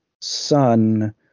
son